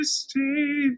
stay